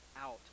out